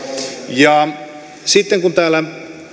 ja sitten kun täällä